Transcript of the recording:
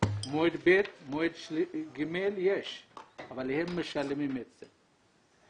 יש מועד ב', מועד ג', אבל הם משלמים את זה.